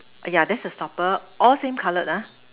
yeah that's the stopper all same color ah